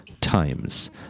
times